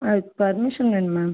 அதுக்கு பர்மிஷன் வேணும் மேம்